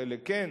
חלק כן,